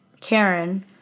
Karen